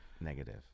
negative